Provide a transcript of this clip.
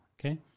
okay